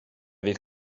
fydd